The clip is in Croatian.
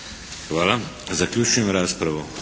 Hvala. Zaključujem raspravu.